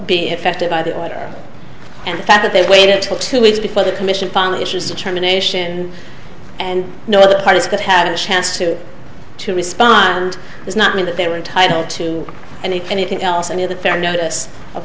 be effected by the letter and the fact that they waited till two weeks before the commission finally issues determination and no other participant had a chance to to respond does not mean that they were entitled to and if anything else any of the fair notice of